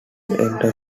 elder